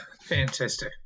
Fantastic